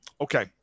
Okay